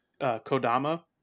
kodama